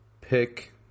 pick